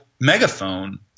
megaphone